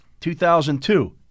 2002